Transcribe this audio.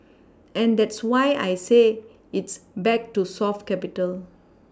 and that's why I say it's back to soft capital